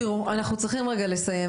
תראו, אנחנו צריכים כבר לסיים.